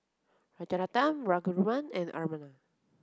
Rajaratnam Raghuram and Anand